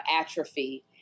atrophy